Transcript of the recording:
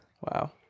Wow